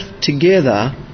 together